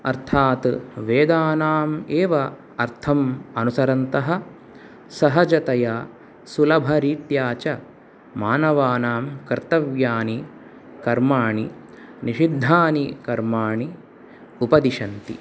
अर्थात् वेदानाम् एव अर्थम् अनुसरन्तः सहजतया सुलभरीत्या च मानवानां कर्तव्यानि कर्माणि निषिद्धानि कर्माणि उपदिशन्ति